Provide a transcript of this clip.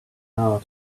power